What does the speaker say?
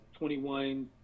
21